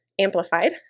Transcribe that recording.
Amplified